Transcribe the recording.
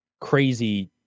crazy